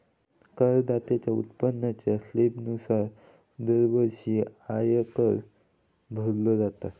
करदात्याच्या उत्पन्नाच्या स्लॅबनुसार दरवर्षी आयकर भरलो जाता